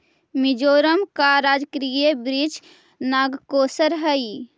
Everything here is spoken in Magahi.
मिजोरम का राजकीय वृक्ष नागकेसर हई